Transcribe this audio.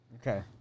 Okay